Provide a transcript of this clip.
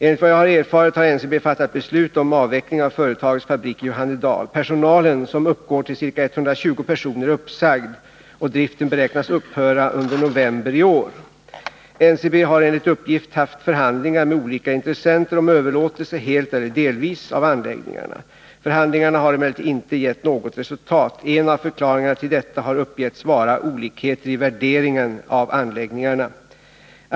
Enligt vad jag har erfarit har NCB fattat beslut om avveckling av företagets fabrik i Johannedal. Personalen, som uppgår till ca 120 personer, är uppsagd och driften beräknas upphöra under november i år. NCB har enligt uppgift haft förhandlingar med olika intressenter om överlåtelse, helt eller delvis, av anläggningarna. Förhandlingarna har emellertid inte gett något resultat. En av förklaringarna till detta har uppgetts vara olikheter i värderingen av anläggningarna.